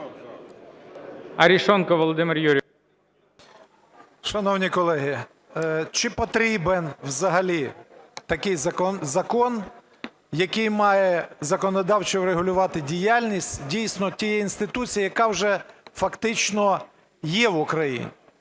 АРЕШОНКОВ В.Ю. Шановні колеги, чи потрібен взагалі такий закон, який має законодавчо врегулювати діяльність, дійсно, тієї інституції, яка вже фактично є в Україні?